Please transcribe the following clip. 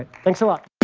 thanks a lot.